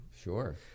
Sure